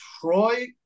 Troy